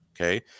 okay